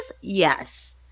Yes